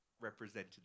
represented